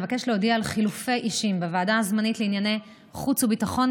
אבקש להודיע על חילופי אישים בוועדה הזמנית לענייני חוץ וביטחון,